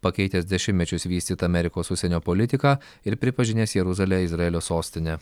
pakeitęs dešimtmečius vystytą amerikos užsienio politiką ir pripažinęs jeruzalę izraelio sostine